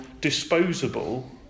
disposable